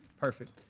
Perfect